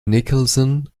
nicholson